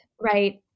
right